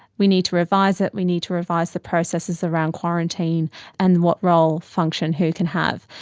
we need to revise it, we need to revise the processes around quarantine and what role function who can have.